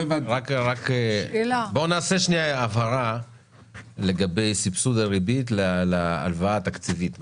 בואו נעשה שנייה הבהרה לגבי סבסוד הריבית להלוואה התקציבית.